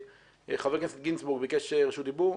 חבר הכנסת גינזבורג ביקש רשות דיבור?